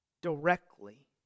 directly